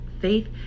faith